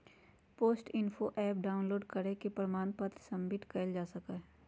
post info app download करके प्रमाण पत्र सबमिट कइल जा सका हई